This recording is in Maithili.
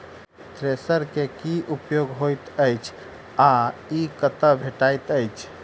थ्रेसर केँ की उपयोग होइत अछि आ ई कतह भेटइत अछि?